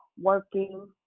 working